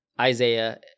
Isaiah